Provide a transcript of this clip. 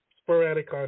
sporadic